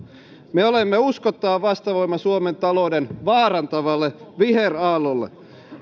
me olemme uskottava vastavoima suomen talouden vaarantavalle viheraallolle